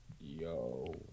Yo